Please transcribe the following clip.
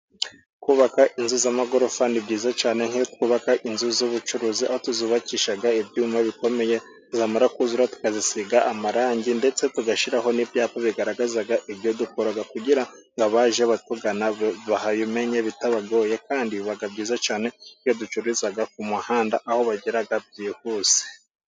Kubaka inzu z'amagorofa ni byiza cyane, nk'iyo twubaka inzu z'ubucuruzi aho tuzubakisha ibyuma bikomeye, zamara kuzura tukazisiga amarangi ndetse tugashyiraho n'ibyapa bigaragaza ibyo dukora, kugira ngo abaje batugana bahamenye bitabagoye, kandi biba byiza cyane iyo ducururiza ku muhanda aho bagera byihuse.